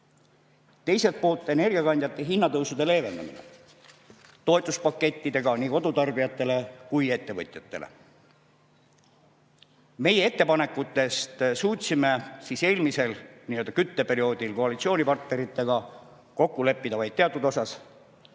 poolt energiakandjate hinnatõusude leevendamine toetuspakettidega nii kodutarbijatele kui ka ettevõtjatele. Meie ettepanekutest suutsime eelmisel kütteperioodil koalitsioonipartneritega kokku leppida vaid teatud osas.